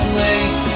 late